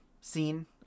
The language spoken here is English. scene